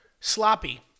sloppy